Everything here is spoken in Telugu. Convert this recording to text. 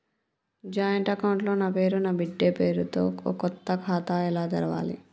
జాయింట్ అకౌంట్ లో నా పేరు నా బిడ్డే పేరు తో కొత్త ఖాతా ఎలా తెరవాలి?